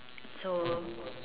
so